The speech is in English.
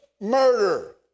murder